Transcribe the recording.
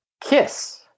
Kiss